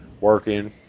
working